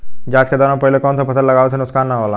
जाँच के दौरान पहिले कौन से फसल लगावे से नुकसान न होला?